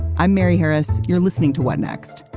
i'm mary harris. you're listening to what next.